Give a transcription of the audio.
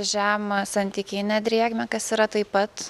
žemą santykinę drėgmę kas yra taip pat